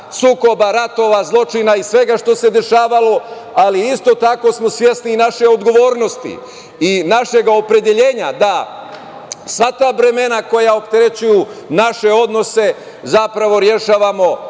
sukoba, ratova, zločina i svega što se dešavalo, ali isto tako smo svesni i naše odgovornosti i našeg opredeljenja da sva ta bremena koja opterećuju naše odnose, zapravo rešavamo